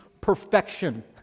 perfection